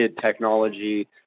technology